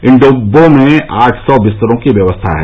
इन डिब्बों में आठ सौ विस्तरों की व्यवस्था है